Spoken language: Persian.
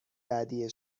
بعدی